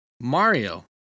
Mario